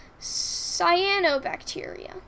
cyanobacteria